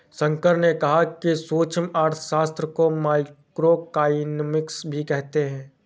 शंकर ने कहा कि सूक्ष्म अर्थशास्त्र को माइक्रोइकॉनॉमिक्स भी कहते हैं